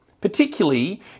particularly